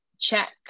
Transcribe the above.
check